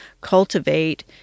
cultivate